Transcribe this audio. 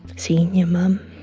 seeing your mum.